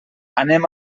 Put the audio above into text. anem